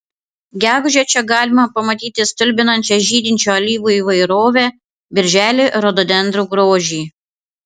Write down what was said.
gegužę čia galima pamatyti stulbinančią žydinčių alyvų įvairovę birželį rododendrų grožį